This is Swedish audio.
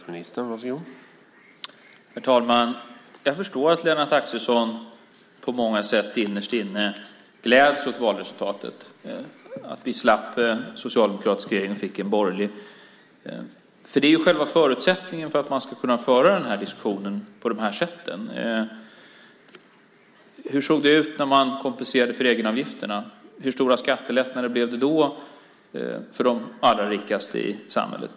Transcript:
Herr talman! Jag förstår att Lennart Axelsson på många sätt innerst inne gläds åt valresultatet - att vi slapp den socialdemokratiska regeringen och fick en borgerlig. Det är ju själva förutsättningen för att man ska kunna föra den här diskussionen på det här sättet. Hur såg det ut när man kompenserade för egenavgifterna? Hur stora skattelättnader blev det då för de allra rikaste i samhället?